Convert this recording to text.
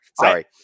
Sorry